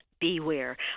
beware